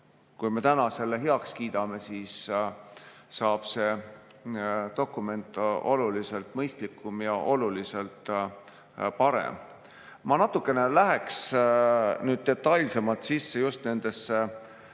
kui me täna selle heaks kiidame, siis saab see dokument oluliselt mõistlikum ja oluliselt parem. Ma lähen nüüd natukene detailsemalt sisse just nendesse